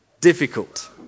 difficult